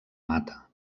mata